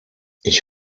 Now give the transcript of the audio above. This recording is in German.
ich